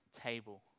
table